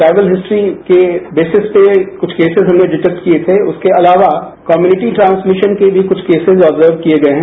travel history के bases पे कुछ केसेज हमने डिटेक्ट किये थे उसके अलावा कैम्युनिटी ट्रांसमिशन के भी कुछ केसेज ऑबजर्ब किये गये हैं